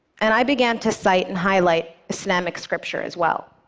and i began to cite and highlight islamic scripture as well.